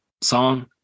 song